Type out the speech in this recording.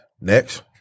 Next